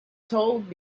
told